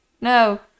No